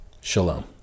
Shalom